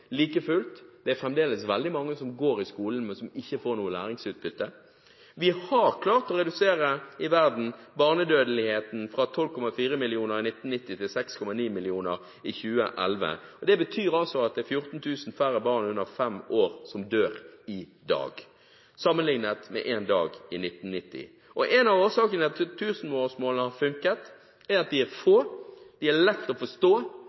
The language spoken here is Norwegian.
Like fullt er det fremdeles mange som går i skolen, men som ikke får noe læringsutbytte. Vi har klart å redusere barnedødeligheten i verden fra 12,4 millioner i 1990 til 6,9 millioner i 2011, og det betyr altså at det er 14 000 færre barn under fem år som dør i dag, sammenliknet med 1990. En av årsakene til at tusenårsmålene har funket, er at de er få, de er lette å forstå,